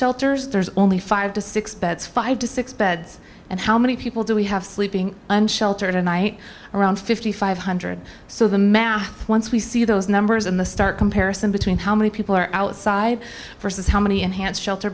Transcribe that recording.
shelters there's only five to six beds five to six beds and how many people do we have sleeping and shelter tonight around five thousand five hundred so the math once we see those numbers in the stark comparison between how many people are outside versus how many enhanced shelter